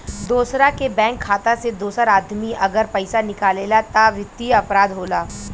दोसरा के बैंक खाता से दोसर आदमी अगर पइसा निकालेला त वित्तीय अपराध होला